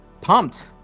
pumped